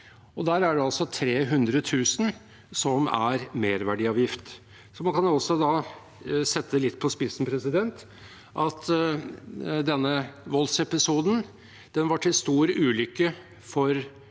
og der er det altså 300 000 kr som er merverdiavgift. Da kan jeg også sette det litt på spissen og si at denne voldsepisoden var til stor ulykke for denne